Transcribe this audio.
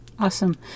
Awesome